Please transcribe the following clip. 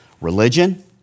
Religion